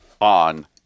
on